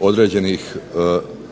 određenih prije